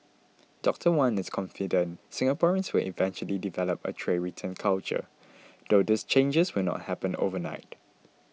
Doctor Wan is confident Singaporeans will eventually develop a tray return culture though these changes will not happen overnight